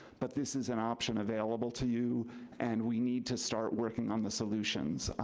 but this is an option available to you and we need to start working on the solutions.